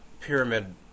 pyramid